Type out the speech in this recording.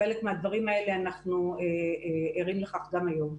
לחלק מהדברים האלה אנחנו ערים גם היום.